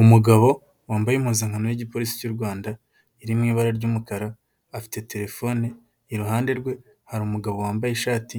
Umugabo wambaye impuzankan y'igipolisi cy'u Rwanda iri mu ibara ry'umukara, afite telefone, iruhande rwe hari umugabo wambaye ishati